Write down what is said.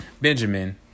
Benjamin